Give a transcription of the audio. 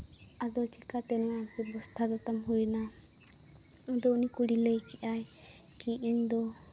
ᱟᱫᱚ ᱪᱤᱠᱟᱛᱮ ᱱᱚᱣᱟ ᱵᱮᱵᱚᱥᱛᱷᱟ ᱫᱚᱛᱟᱢ ᱦᱩᱭᱱᱟ ᱩᱱ ᱫᱚ ᱩᱱᱤ ᱠᱩᱲᱤ ᱞᱟᱹᱭ ᱠᱮᱜᱼᱟᱭ ᱤᱧᱫᱚ